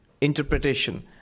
interpretation